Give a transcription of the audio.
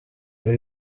ibi